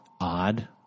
odd